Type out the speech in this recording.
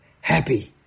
happy